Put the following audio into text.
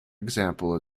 example